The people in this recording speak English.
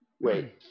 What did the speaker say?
Wait